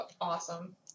Awesome